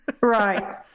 Right